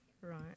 Right